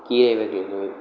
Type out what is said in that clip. கீரை வகைகள்